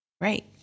Right